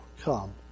come